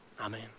Amen